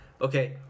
okay